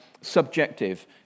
subjective